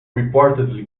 reportedly